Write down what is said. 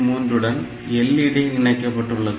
3 உடன் எல்இடி இணைக்கப்பட்டுள்ளது